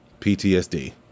PTSD